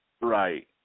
Right